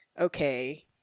okay